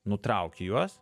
nutraukti juos